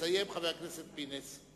חבר הכנסת זאב בוים, ויסיים חבר הכנסת פינס.